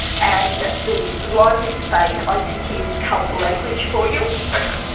and the lively debate i think is colourful language for you. okay,